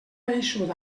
eixut